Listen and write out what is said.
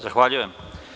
Zahvaljujem.